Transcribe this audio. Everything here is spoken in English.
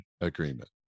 agreement